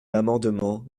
l’amendement